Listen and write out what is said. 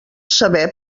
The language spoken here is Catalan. saber